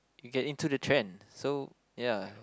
you get into the trend so ya